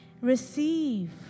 Receive